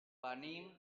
venim